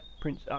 prince